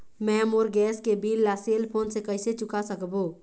मैं मोर गैस के बिल ला सेल फोन से कइसे चुका सकबो?